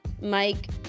Mike